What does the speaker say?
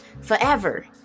forever